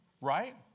right